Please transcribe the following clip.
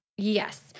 Yes